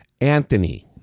anthony